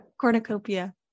cornucopia